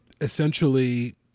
essentially